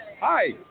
Hi